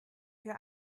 für